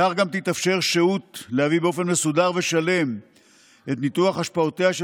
כך גם תתאפשר שהות להביא באופן מסודר ושלם את ניתוח השפעותיה של